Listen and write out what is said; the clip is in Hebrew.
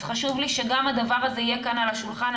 אז חשוב לי שגם הדבר הזה יהיה כאן על השולחן.